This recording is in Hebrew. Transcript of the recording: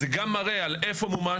אז זה גם מראה על איפה מומש,